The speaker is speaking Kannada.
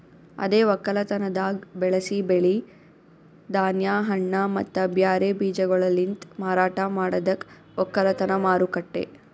ಅದೇ ಒಕ್ಕಲತನದಾಗ್ ಬೆಳಸಿ ಬೆಳಿ, ಧಾನ್ಯ, ಹಣ್ಣ ಮತ್ತ ಬ್ಯಾರೆ ಬೀಜಗೊಳಲಿಂತ್ ಮಾರಾಟ ಮಾಡದಕ್ ಒಕ್ಕಲತನ ಮಾರುಕಟ್ಟೆ